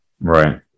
right